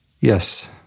Yes